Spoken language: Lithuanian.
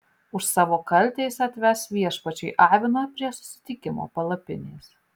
už savo kaltę jis atves viešpačiui aviną prie susitikimo palapinės